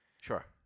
Sure